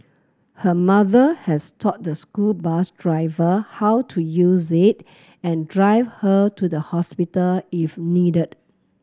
her mother has taught the school bus driver how to use it and drive her to the hospital if needed